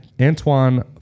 Antoine